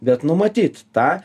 bet numatyt tą